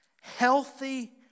healthy